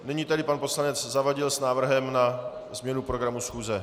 Nyní pan poslanec Zavadil s návrhem na změnu programu schůze.